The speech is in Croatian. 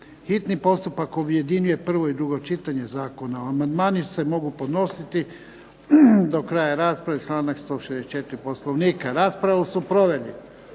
hitni postupak objedinjuje prvo i drugo čitanje zakona. Amandmani se mogu podnositi do kraja rasprave, članak 164. Poslovnika. Raspravu su proveli